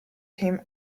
him